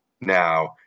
now